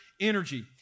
energy